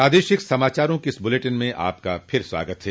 प्रादेशिक समाचारों के इस बुलेटिन में आपका फिर से स्वागत है